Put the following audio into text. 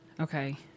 Okay